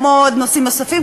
כמו עוד נושאים נוספים,